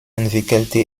entwickelte